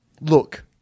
Look